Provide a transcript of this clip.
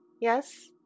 yes